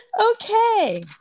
Okay